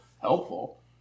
helpful